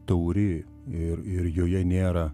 tauri ir ir joje nėra